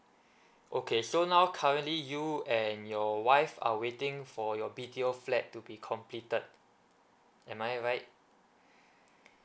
okay so now currently you and your wife are waiting for your B_T_O flat to be completed am I right